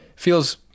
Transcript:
feels